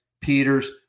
Peters